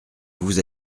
vous